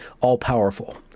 all-powerful